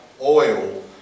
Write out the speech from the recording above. oil